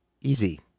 Easy